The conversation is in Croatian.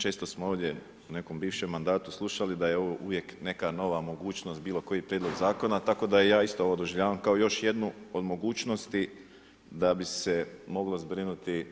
Često smo ovdje u nekom bivšem mandatu slušali da je ovo uvijek neka nova mogućnost, bilo koji prijedlog zakona, tako da i ja isto ovo doživljavam kao još jednu od mogućnosti da bi se moglo zbrinuti